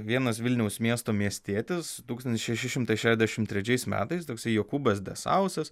vienas vilniaus miesto miestietis tūkstantis šeši šimtai šešiasdešimt trečiais metais toksai jokūbas desausas